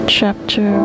Chapter